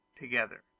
together